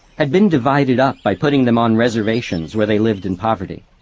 had been divided up by putting them on reservations where they lived in poverty.